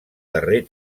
darrer